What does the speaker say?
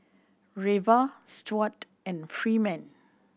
Reva Stuart and Freeman